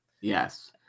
Yes